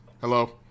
Hello